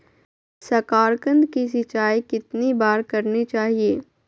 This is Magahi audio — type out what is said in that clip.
साकारकंद की सिंचाई कितनी बार करनी चाहिए?